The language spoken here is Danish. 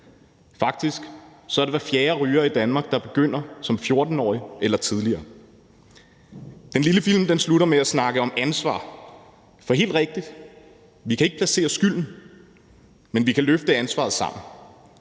Faktisk er det hver fjerde ryger i Danmark, der begynder som 14-årig eller tidligere. Den lille film slutter med at snakke om ansvar, for helt rigtigt: Vi kan ikke placere skylden, men vi kan løfte ansvaret sammen.